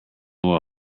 will